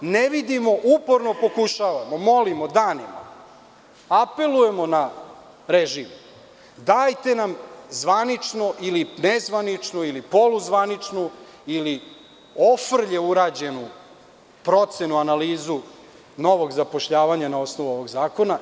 Uporno pokušavamo, molimo danima, apelujemo na režim, dajte nam zvaničnu ili nezvaničnu ili poluzvaničnu ili ofrlje urađenu procenu analize novog zapošljavanja na osnovu ovog zakona.